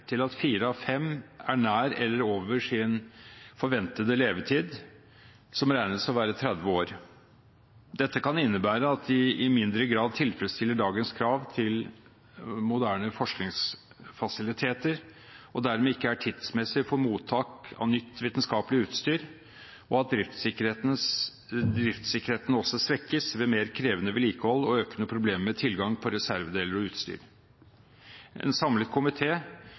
til at fire av fem er nær eller over sin forventede levetid, som regnes å være 30 år. Dette kan innebære at de i mindre grad tilfredsstiller dagens krav til moderne forskningsfasiliteter, og dermed ikke er tidsmessige for mottak av nytt vitenskapelig utstyr, og at driftssikkerheten også svekkes ved mer krevende vedlikehold og økende problemer med tilgang på reservedeler og utstyr. En samlet